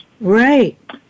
Right